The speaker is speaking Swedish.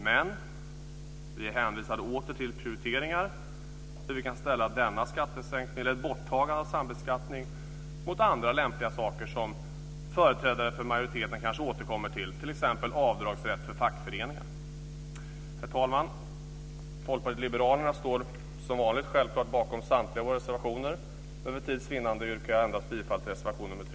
Men vi är åter hänvisade till prioriteringar där vi kan ställa ett borttagande av sambeskattning mot andra lämpliga saker som företrädare för majoriteten kanske återkommer till, t.ex. avdragsrätt för fackföreningsavgifter. Herr talman! Folkpartiet liberalerna står som vanligt självfallet bakom samtliga våra reservationer, men för tids vinnande yrkar jag endast bifall till reservation nr 3.